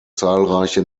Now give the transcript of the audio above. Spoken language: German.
zahlreiche